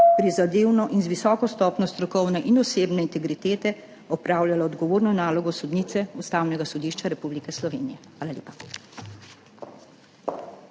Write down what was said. prizadevno in z visoko stopnjo strokovne in osebne integritete opravljala odgovorno nalogo sodnice Ustavnega sodišča Republike Slovenije. Hvala lepa.